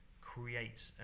create